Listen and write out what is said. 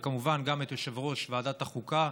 וכמובן גם את יושב-ראש ועדת החוקה,